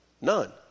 None